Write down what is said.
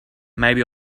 maybe